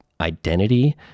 identity